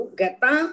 gata